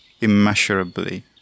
immeasurably